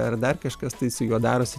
ar dar kažkas tai su juo darosi